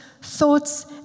thoughts